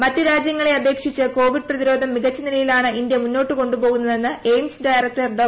മറ്റ് രാജ്യങ്ങളെ അപേക്ഷിച്ച് കോവിഡ് പ്രതിരോധം മികച്ച നിലയിലാണ് ഇന്ത്യ മുന്നോട്ട് കൊണ്ടു പോകുന്നതെന്ന് എയിംസ് ഡയറക്ടർ ഡോ